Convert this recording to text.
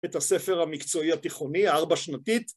את הספר המקצועי התיכוני, ארבע שנתית.